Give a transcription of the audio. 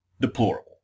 deplorable